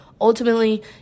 Ultimately